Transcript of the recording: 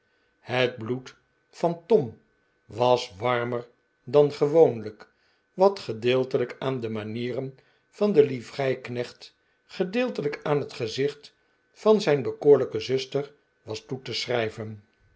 het bloed van tom was warmer dan gewoonlijk wat gedeeltelijk aan de manieren van den livreiknecht gedeeltelijk aan het gezicht van zijn bekoorlijke zuster was toe te schrijven